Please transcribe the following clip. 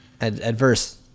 Adverse